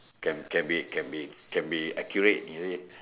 can can be can be can be accurate is it